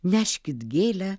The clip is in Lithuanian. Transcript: neškit gėlę